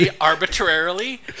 arbitrarily